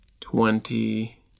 Twenty